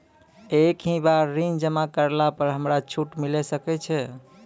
एक ही बार ऋण जमा करला पर हमरा छूट मिले सकय छै?